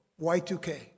Y2K